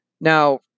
Now